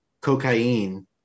cocaine